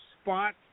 spot